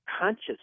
conscious